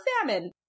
famine